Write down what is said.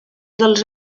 dels